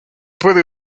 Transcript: puede